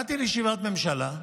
באתי לישיבת הממשלה,